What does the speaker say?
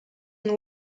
and